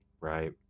Right